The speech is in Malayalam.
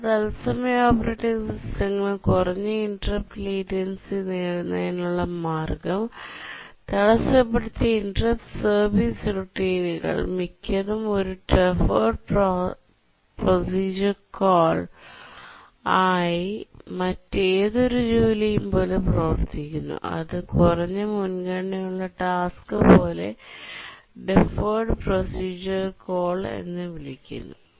പല തത്സമയ ഓപ്പറേറ്റിംഗ് സിസ്റ്റങ്ങളും കുറഞ്ഞ ഇന്ററപ്റ്റ് ലേറ്റൻസി നേടുന്നതിനുള്ള മാർഗ്ഗം തടസ്സപ്പെടുത്തിയ ഇന്ററപ്റ്റ് സർവീസ് റുട്ടീൻകൾ മിക്കതും ഒരു ടെഫേർഡ് പ്രോസിഡർ കാൾ ആയി മറ്റേതൊരു ജോലിയും പോലെ പ്രവർത്തിക്കുന്നു ഇത് കുറഞ്ഞ മുൻഗണനയുള്ള ടാസ്ക് പോലെ ടെഫേർഡ് പ്രോസിഡർ കാൾ എന്ന് വിളിക്കുന്നു